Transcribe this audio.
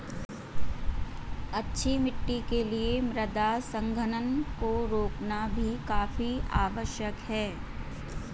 अच्छी मिट्टी के लिए मृदा संघनन को रोकना भी काफी आवश्यक है